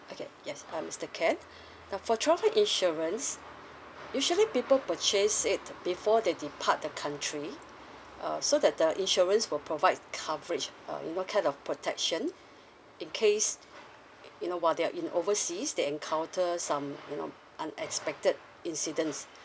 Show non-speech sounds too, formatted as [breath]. okay yes uh mister ken [breath] uh for travel insurance usually people purchase it before they depart the country uh so that the insurance will provide coverage uh you know kind of protection in case you know while they're in overseas they encounter some you know unexpected incidents